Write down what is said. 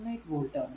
18 volt ആണ്